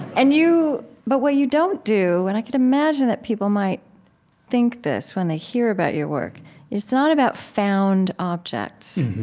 and you but what you don't do, and i can imagine that people might think this when they hear about your work it's not about found objects.